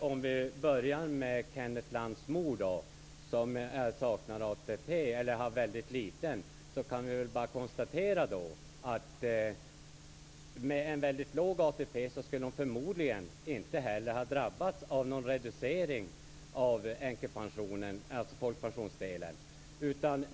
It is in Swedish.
Fru talman! Vi kan börja med Kenneth Lantz mor. Hon har liten ATP. Med en låg ATP skulle hon förmodligen inte drabbas av någon reducering av folkpensionsdelen.